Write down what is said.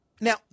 Now